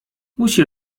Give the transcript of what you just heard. musi